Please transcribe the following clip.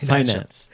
finance